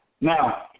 Now